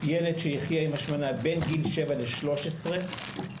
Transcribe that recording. שילד שייחיה עם השמנה בין גיל שבע ל-13 הסיכוי